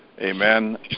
Amen